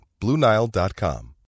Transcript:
BlueNile.com